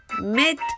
Mid